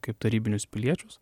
kaip tarybinius piliečius